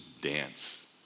dance